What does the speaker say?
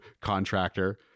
contractor